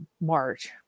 March